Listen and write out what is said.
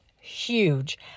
huge